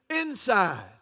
inside